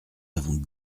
avons